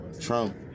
Trump